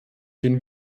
den